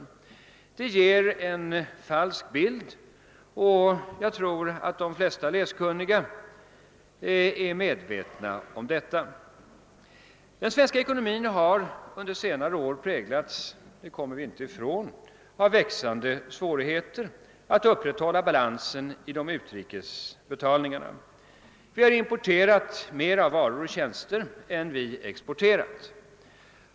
Det ger en falsk bild, som nog de flesta läskunniga är medvetna om. Den svenska ekonomin har under senare år präglats — det kommer vi inte ifrån — av växande svårigheter att upprätthålla balansen i utrikesbetalningarna. Vi har importerat mera varor och tjänster än vi har exporterat.